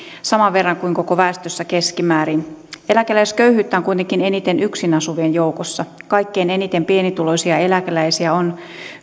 saman verran kuin koko väestöstä keskimäärin eläkeläisköyhyyttä on kuitenkin eniten yksinasuvien joukossa kaikkein eniten pienituloisia eläkeläisiä on